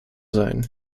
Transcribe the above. sein